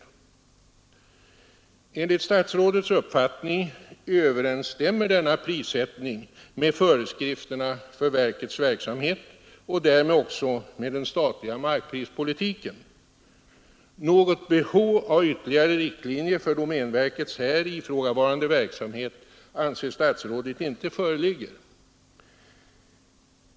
Enligt statsrådets uppfattning överensstämmer denna prissättning med föreskrifterna för verkets verksamhet och därmed också med den statliga markprispolitiken. Något behov av ytterligare riktlinjer för domänverkets här ifrågavarande verksamhet anser statsrådet inte föreligger.